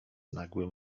nagłym